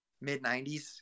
mid-90s